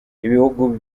ibihugu